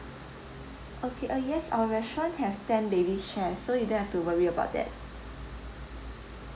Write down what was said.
okay uh yes our restaurant have ten babies chairs so you don't have to worry about that